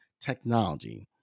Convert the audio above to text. technology